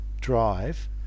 drive